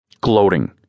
Gloating